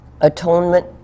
atonement